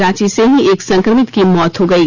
रांची से ही एक संक्रमित की मौत हो गयी